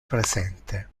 presente